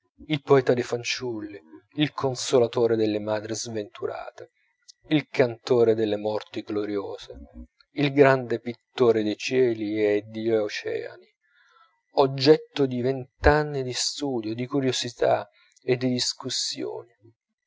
il poeta dei fanciulli il consolatore delle madri sventurate il cantore delle morti gloriose il grande pittore dei cieli e degli oceani oggetto di vent'anni di studio di curiosità e di discussioni